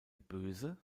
böse